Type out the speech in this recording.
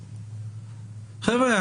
חבר'ה,